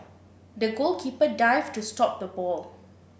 the goalkeeper dived to stop the ball